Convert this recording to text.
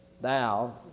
Thou